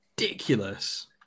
Ridiculous